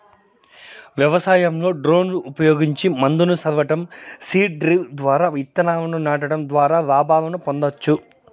వ్యవసాయంలో డ్రోన్లు ఉపయోగించి మందును సల్లటం, సీడ్ డ్రిల్ ద్వారా ఇత్తనాలను నాటడం ద్వారా లాభాలను పొందొచ్చు